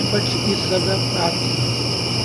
ypač į save patį